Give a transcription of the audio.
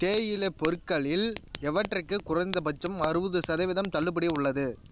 தேயிலை பொருட்களில் எவற்றுக்கு குறைந்தபட்சம் அறுபது சதவீதம் தள்ளுபடி உள்ளது